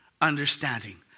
understanding